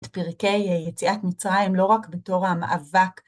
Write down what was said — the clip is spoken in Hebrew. את פרקי יציאת מצרים לא רק בתור המאבק..